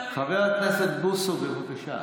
חבר הכנסת בוסו, בבקשה.